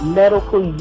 medical